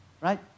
Right